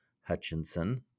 Hutchinson